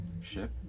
ship